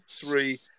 three